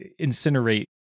incinerate